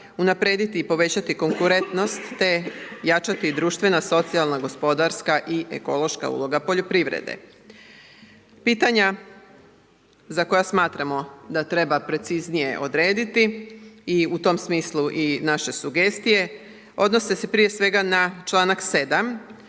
unaprijediti i povećati konkurentnost, te jačati društvena i socijalna gospodarska i ekološka uloga poljoprivrede. Pitanja za koja smatramo da treba preciznije odrediti i u tom smislu i naše sugestije, odnose se prije svega na članak 7.